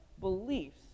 beliefs